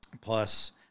plus